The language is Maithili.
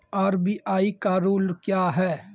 आर.बी.आई का रुल क्या हैं?